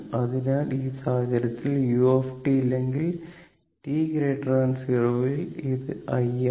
അതിനാൽ ഈ സാഹചര്യത്തിൽ u ഇല്ലെങ്കിൽ t 0 ൽ അത് i ആണ്